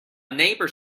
neighbour